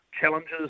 challenges